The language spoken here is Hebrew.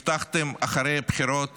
הבטחתם אחרי הבחירות